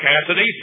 Cassidy